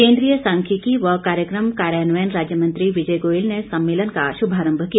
केंद्रीय सांख्यिकी व कार्यक्रम कार्यान्वयन राज्य मंत्री विजय गोयल ने सम्मेलन का शुभारम्भ किया